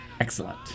Excellent